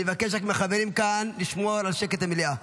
אני רק מבקש מהחברים כאן לשמור על שקט במליאה.